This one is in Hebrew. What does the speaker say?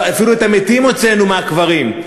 אפילו את המתים הוצאנו מהקברים.